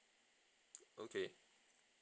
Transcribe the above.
okay